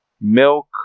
Milk